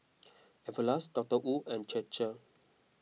everlast Dotor Wu and Chir Chir